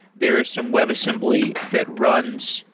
there are some webassembly that runs,